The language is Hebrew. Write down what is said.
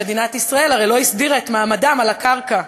משום שמדינת ישראל הרי לא הסדירה את מעמדם על הקרקע,